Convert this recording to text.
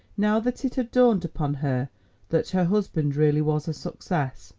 now that it had dawned upon her that her husband really was a success,